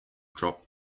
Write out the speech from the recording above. drop